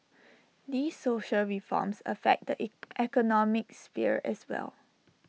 these social reforms affect the economic sphere as well